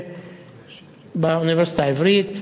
באוניברסיטה העברית.